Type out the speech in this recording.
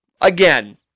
Again